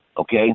Okay